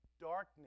darkness